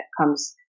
comes